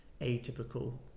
atypical